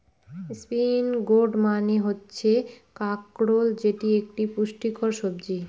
spiny gourd মানে হচ্ছে কাঁকরোল যেটি একটি পুষ্টিকর সবজি